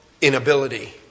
inability